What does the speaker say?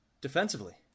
Defensively